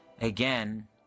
Again